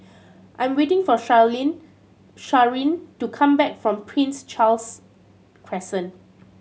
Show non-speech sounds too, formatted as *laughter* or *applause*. I'm waiting for *unintelligible* Sharyn to come back from Prince Charles Crescent